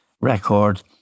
record